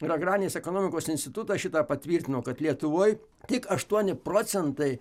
ir agrarinės ekonomikos institutas šitą patvirtino kad lietuvoj tik aštuoni procentai